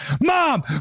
Mom